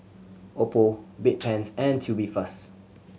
Oppo Bedpans and Tubifast